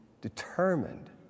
determined